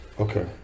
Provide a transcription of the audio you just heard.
okay